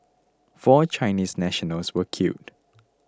four Chinese nationals were killed